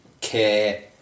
care